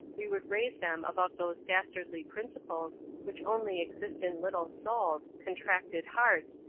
we would raise them above those dastardly principles which only exist in little souls, contracted hearts,